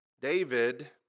David